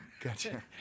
gotcha